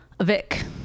Vic